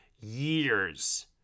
years